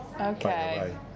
Okay